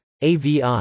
AVI